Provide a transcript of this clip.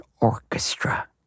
orchestra